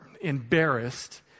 embarrassed